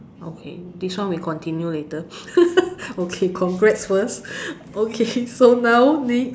okay this one we continue later okay congrats first okay so now next